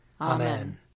Amen